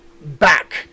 back